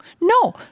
no